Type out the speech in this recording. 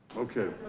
okay.